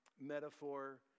metaphor